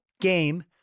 game